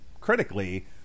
critically